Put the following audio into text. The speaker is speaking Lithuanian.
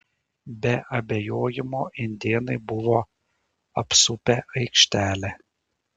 be abejojimo indėnai buvo apsupę aikštelę